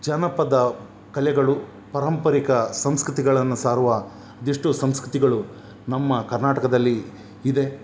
ಜನಪದ ಕಲೆಗಳು ಪಾರಂಪರಿಕ ಸಂಸ್ಕೃತಿಗಳನ್ನು ಸಾರುವ ಅದೆಷ್ಟೋ ಸಂಸ್ಕೃತಿಗಳು ನಮ್ಮ ಕರ್ನಾಟಕದಲ್ಲಿ ಇದೆ